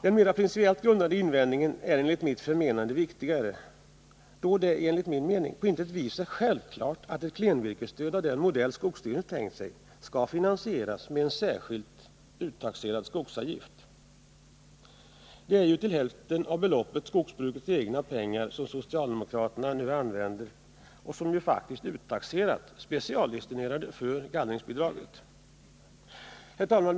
Den principiella invändningen är enligt mitt förmenande viktigare, då det på intet vis är självklart att ett klenvirkesstöd av den modell som skogsstyrelsen tänkt sig skall finansieras med särskilt uttaxerad skogsavgift. Det är ju till hälften av beloppet skogsbrukets egna pengar som socialdemokraterna nu använder och som ju faktiskt uttaxerats specialdestinerade för gallringsbidrag.